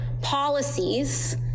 policies